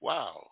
Wow